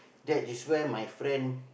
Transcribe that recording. that is where my friend